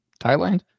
Thailand